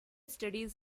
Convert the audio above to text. studies